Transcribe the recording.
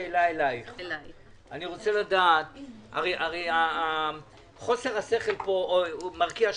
שאלה אליך: אני רוצה לדעת הרי חוסר השכל פה מרקיע שחקים.